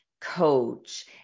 coach